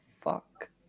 fuck